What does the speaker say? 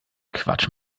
quatsch